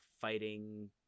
fighting